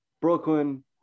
Brooklyn